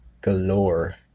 galore